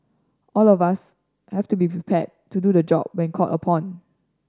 all of us have to be prepared to do the job when called upon